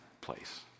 place